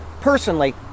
Personally